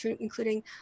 including